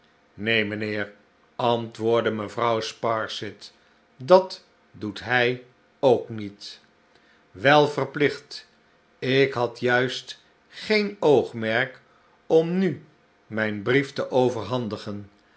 neen jnijnheer antwoordde mevrouw sparsit dat doet hij ook niet wel verplicht ik had juist geen oogmerk om nu mijn brief te overhandigen